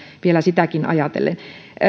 vielä sitäkin ajatellen